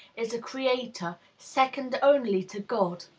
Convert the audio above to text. is a creator, second only to god.